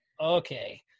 okay